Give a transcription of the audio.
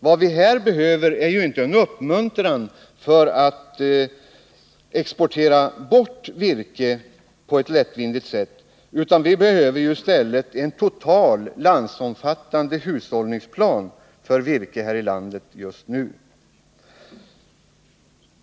Vad vi behöver är inte en uppmuntran att exportera bort virket på ett lättvindigt sätt, utan vi behöver just nu i stället en total och landsomfattande hushållningsplan för virket.